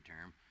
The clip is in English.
term